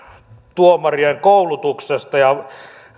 tuomarien koulutuksesta ja